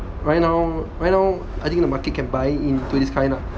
right now right now I think the market can buy into this kind lah